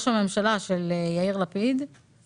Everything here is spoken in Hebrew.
התקציבים והמשרדים הרלוונטיים יילכו הביתה סוף סוף.